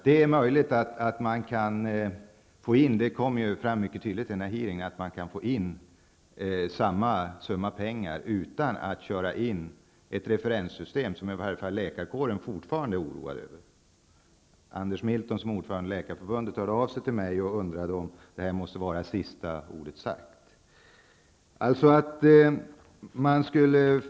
Det är möjligt att man kan få in -- det kom fram tydligt vid hearingen -- samma summa pengar utan att införa ett referenssystem, som i varje fall läkarkåren fortfarande är oroad över. Anders Milton, som är ordförande i Läkarförbundet, hörde av sig till mig och undrade om sista ordet var sagt.